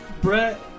Brett